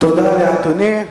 תודה לאדוני.